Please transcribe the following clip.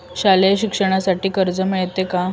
शालेय शिक्षणासाठी कर्ज मिळते का?